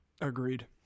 Agreed